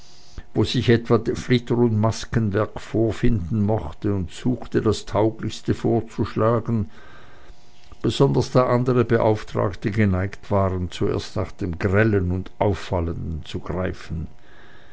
wo sich etwa flitter und maskenwerk vorfinden mochte und suchte das tauglichste vorzuschlagen besonders da andere beauftragte geneigt waren zuerst nach dem grellen und auffallenden zu greifen